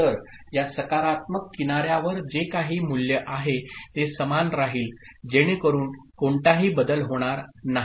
तर या सकारात्मक किनार्यावर जे काही मूल्य आहे ते समान राहील जेणेकरुन कोणताही बदल होणार नाही